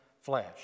flesh